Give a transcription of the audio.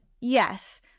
yes